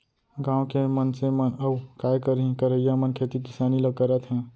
गॉंव के मनसे मन अउ काय करहीं करइया मन खेती किसानी ल करत हें